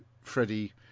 Freddie